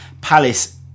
Palace